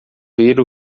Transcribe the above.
ver